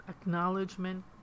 acknowledgement